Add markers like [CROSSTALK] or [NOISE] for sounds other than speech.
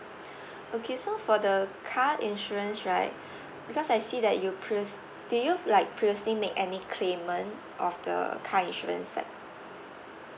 [BREATH] okay so for the car insurance right [BREATH] because I see that you previous~ do you like previously make any claimant of the car insurance step